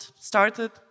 started